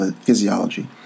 physiology